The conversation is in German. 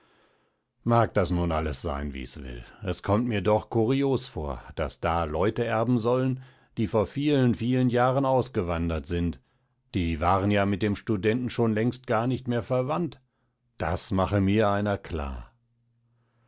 mag das nun alles sein wie's will es kommt mir doch kurios vor daß da leute erben sollen die vor vielen vielen jahren ausgewandert sind die waren ja mit dem studenten schon längst gar nicht mehr verwandt das mache mir einer klar